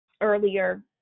earlier